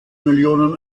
millionen